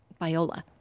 Biola